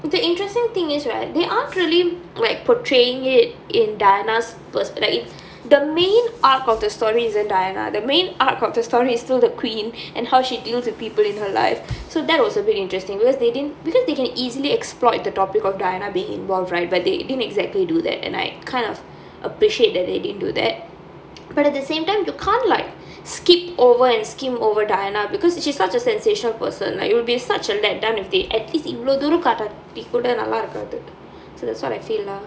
the interesting thing is right they aren't really like portraying it in diana's perspect~ the main arc of the story isn't diana the main arc of the story is still the queen and how she deals with people in her life so that was a bit interesting because they didn't because they can easily exploit the topic of diana being involved right but they didn't exactly do that and I kind of appreciate that they didn't do that but at the same time you can't like skip over and skim over diana beacuse she is such a sensational person like it will be such a let down if they at least இவ்வளோ தூரோ காட்டாட்டிகூட நல்லா இருக்காது:ivvalo thuro kaattaattikuda nallaa irukkaathu